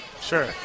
Sure